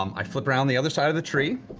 um i flip around the other side of the tree.